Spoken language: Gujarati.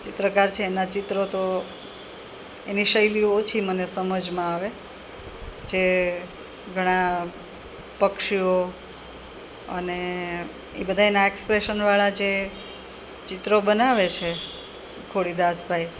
ચિત્રકાર છે એના ચિત્રો તો એની શૈલીઓ ઓછી મને સમજમાં આવે જે ઘણાં પક્ષીઓ અને એ બધાં એનાં એક્સપ્રેશનવાળા જે ચિત્રો બનાવે છે ખોડીદાસભાઈ